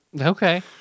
Okay